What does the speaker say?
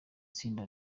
tsinda